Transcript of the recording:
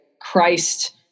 Christ